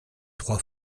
trois